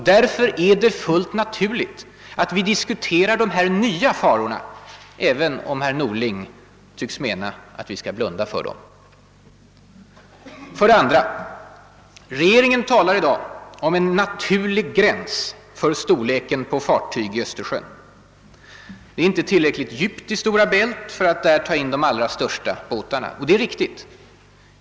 Därför är det fullt naturligt att vi diskuterar dessa nya faror, även om herr Norling tycks mena att vi skall blunda för dem. För det andra: regeringen talar i dag om »en naturlig gräns» för storleken på fartyg i Östersjön. Det är inte tillräckligt djupt i Stora Bält för att där ta in de allra största båtarna, och det är riktigt.